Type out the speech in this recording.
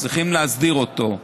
צריכים להסדיר אותו.